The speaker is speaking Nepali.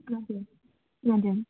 हजुर हजुर